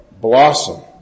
blossom